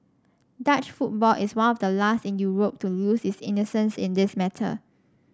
Dutch football is one of the last in Europe to lose its innocence in this matter